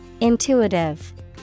Intuitive